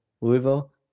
Louisville